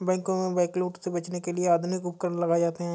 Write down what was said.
बैंकों में बैंकलूट से बचने के लिए आधुनिक उपकरण लगाए जाते हैं